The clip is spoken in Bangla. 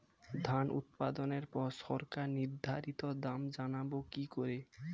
ধান উৎপাদনে পর সরকার নির্ধারিত দাম জানবো কি করে?